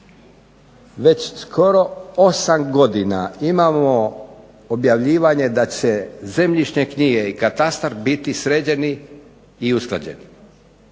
Već skoro 8 godina imamo objavljivanje da će zemljišne knjige i katastar biti sređeni i usklađeni.